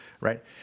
right